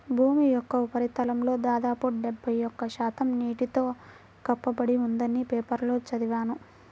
భూమి యొక్క ఉపరితలంలో దాదాపు డెబ్బై ఒక్క శాతం నీటితో కప్పబడి ఉందని పేపర్లో చదివాను